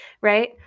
right